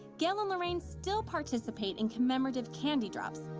gail and lorraine still participate in commemorative candy drops.